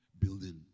building